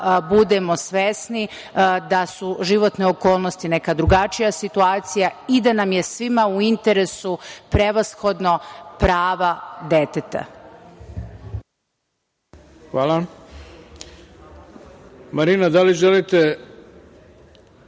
budemo svesni da su životne okolnosti neka drugačija situacija i da nam je svima u interesu prevashodno pravo deteta. **Ivica Dačić** Marina, da li želite,